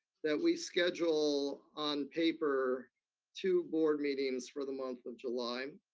that we schedule on paper two board meetings for the month of july.